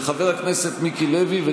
חוקים מז'וריים במכה אחת,